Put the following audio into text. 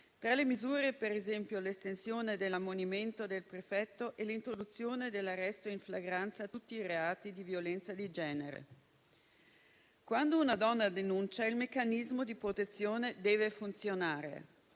Tra le misure c'erano, ad esempio, l'estensione dell'ammonimento del prefetto e l'introduzione dell'arresto in flagranza a tutti i reati di violenza di genere. Quando una donna denuncia, il meccanismo di protezione deve funzionare.